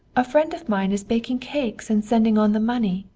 a friend of mine is baking cakes and sending on the money.